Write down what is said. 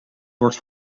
wordt